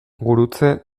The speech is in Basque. gurutze